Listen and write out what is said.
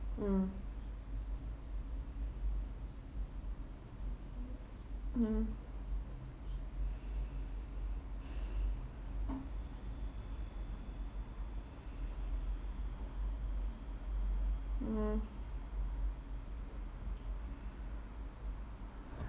mm mm mm